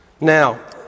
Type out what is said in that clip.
Now